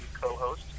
co-host